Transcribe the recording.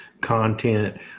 content